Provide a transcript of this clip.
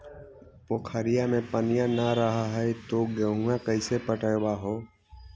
पोखरिया मे पनिया न रह है तो गेहुमा कैसे पटअब हो?